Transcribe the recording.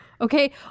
Okay